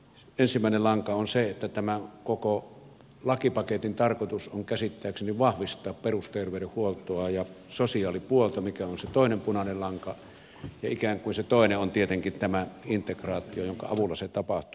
ensimmäinen lanka on se että tämän koko lakipaketin tarkoitus on käsittääkseni vahvistaa perusterveydenhuoltoa ja sosiaalipuolta se on se ensimmäinen punainen lanka ja ikään kuin se toinen on tietenkin tämä integraatio jonka avulla se tapahtuu